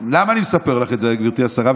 למה אני מספר לך את זה, גברתי השרה?